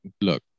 look